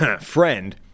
friend